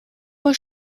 euch